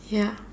ya